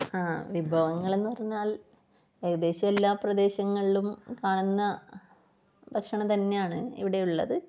ആ വിഭവങ്ങളെന്ന് പറഞ്ഞാൽ ഏകദേശം എല്ലാ പ്രദേശങ്ങളിലും കാണുന്ന ഭക്ഷണം തന്നെയാണ് ഇവിടെയും ഉള്ളത്